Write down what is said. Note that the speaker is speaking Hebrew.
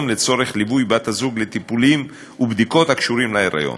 לצורך ליווי בת-הזוג לטיפולים ולבדיקות הקשורים להיריון